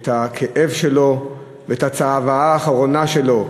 את הכאב שלו ואת הצוואה האחרונה שלו,